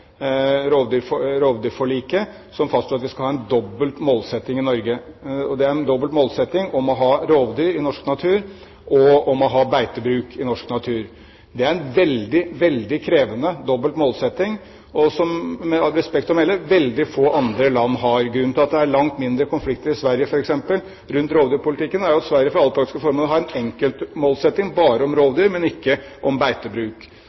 rovdyrforliket – som fastslår at vi skal ha en dobbelt målsetting i Norge. Det er en dobbelt målsetting om å ha rovdyr i norsk natur, og om å ha beitebruk i norsk natur. Det er en veldig krevende dobbelt målsetting, og som – med respekt å melde – veldig få andre land har. Grunnen til at det er langt færre konflikter rundt rovdyrpolitikken i Sverige f.eks., er at Sverige, for alle praktiske formål, har en enkeltmålsetting bare om rovdyr, og ikke om beitebruk.